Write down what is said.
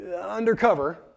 undercover